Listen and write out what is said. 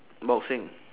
boxing